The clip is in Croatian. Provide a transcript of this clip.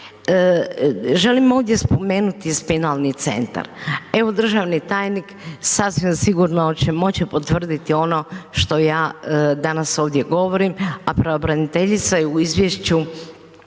Želim ovdje spomenuti spinalni centar. Evo, državni tajnik, sasvim sigurno će moći potvrditi ono što ja danas ovdje govorim, a pravobraniteljica je u izvješću